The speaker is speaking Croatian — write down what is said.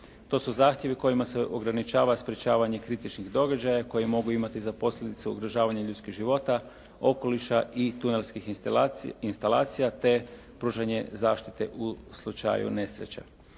To su zahtjevi kojima se ograničava sprečavanje kritičnih događaja koji mogu imati za posljedice ugrožavanje ljudskih života, okoliša i tunelskih instalacija, te pružanje zaštite u slučaju nesreća.